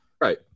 Right